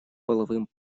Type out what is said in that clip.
половым